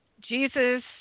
Jesus